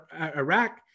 Iraq